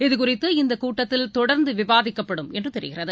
இதுகுறித்து இந்தக் கூட்டத்தில் தொடர்ந்துவிவாதிக்கப்படும் என்றுதெரிகிறது